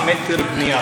המחיר נמצא בתוך.